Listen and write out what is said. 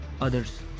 others